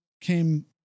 came